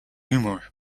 humor